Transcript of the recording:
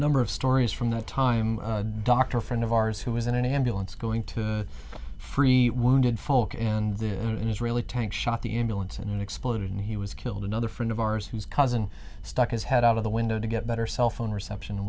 number of stories from that time doctor friend of ours who was in an ambulance going to free wounded folk and an israeli tank shot the ambulance and exploded and he was killed another friend of ours whose cousin stuck his head out of the window to get better cell phone reception